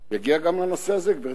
נגיע גם לנושא הזה, גברתי.